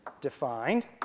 defined